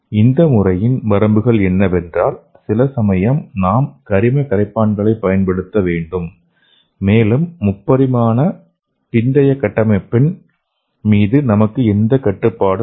இந்த முறையின் வரம்புகள் என்னவென்றால் சில சமயம் நாம் கரிம கரைப்பான்களைப் பயன்படுத்த வேண்டும் மேலும் முப்பரிமாண பிந்தைய கட்டமைப்பின் மீது நமக்கு எந்த கட்டுப்பாடும் இல்லை